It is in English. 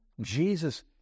Jesus